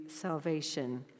salvation